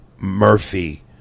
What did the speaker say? Murphy